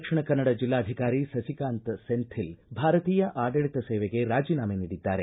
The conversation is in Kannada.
ದಕ್ಷಿಣ ಕನ್ನಡ ಜಿಲ್ಲಾಧಿಕಾರಿ ಸಸಿಕಾಂತ್ ಸೆಂಥಿಲ್ ಭಾರತೀಯ ಆಡಳಿತ ಸೇವೆಗೆ ರಾಜನಾಮೆ ನೀಡಿದ್ದಾರೆ